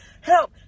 help